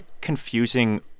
confusing